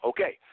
Okay